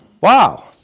Wow